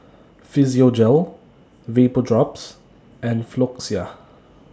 Physiogel Vapodrops and Floxia